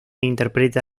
interpreta